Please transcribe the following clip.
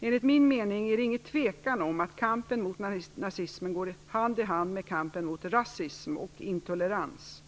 Enligt min mening är det ingen tvekan om att kampen mot nazismen går hand i hand med kampen mot rasism och intolerans.